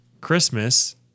Christmas